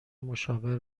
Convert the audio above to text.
مشاور